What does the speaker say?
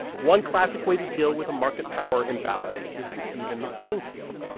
one classic way to deal with a market power imbalance is to even the playing field.